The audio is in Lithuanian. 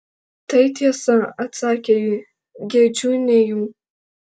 tai tiesa atsakė ji gedžiu ne jų